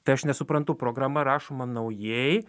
tai aš nesuprantu programa rašoma naujai